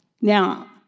Now